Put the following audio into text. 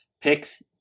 picks